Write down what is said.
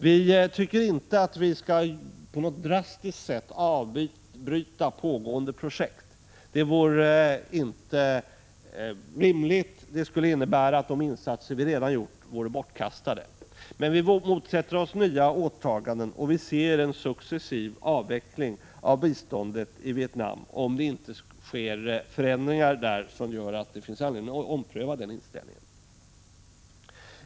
Vi tycker inte att vi på något drastiskt sätt skall avbryta pågående projekt — det vore inte rimligt; det skulle innebära att de insatser vi redan gjort vore bortkastade. Men vi motsätter oss nya åtaganden, och vi ser en successiv avveckling av biståndet till Vietnam som naturlig, om det där inte sker förändringar som gör att det finns anledning att ompröva den inställningen.